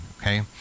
Okay